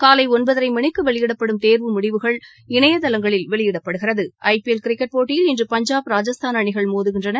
காலை ஒன்பதரை மணிக்கு வெளியிடப்படும் தேர்வு முடிவுகள் இணையதளங்களில் வெளியிடப்படுகிறது ஐபிஎல் கிரிக்கெட் போட்டியில் இன்று பஞ்சாப் ராஜஸ்தான் அணிகள் மோதுகின்றன